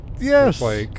Yes